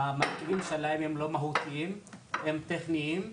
הכללים שלהם הם לא מהותיים, הם טכניים,